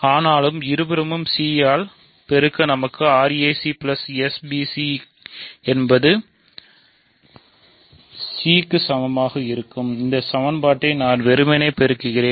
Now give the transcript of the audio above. ஆனாலும் இருபுறமும் c ஆல் பெருக்க நமக்கு rac sbc என்பது c க்கு சமமாக இருக்கும் முடியும் இந்த சமன்பாட்டை நான் வெறுமனே பெருக்குகிறேன்